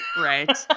Right